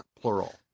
plural